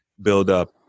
buildup